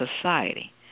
Society